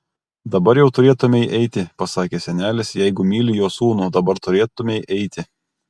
dabar jau turėtumei eiti pasakė senelis jeigu myli jo sūnų dabar turėtumei eiti